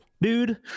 Dude